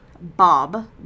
Bob